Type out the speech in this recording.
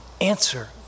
answer